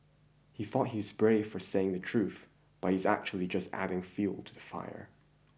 he thought he's brave for saying the truth but he's actually just adding fuel to the fire